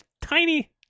Tiny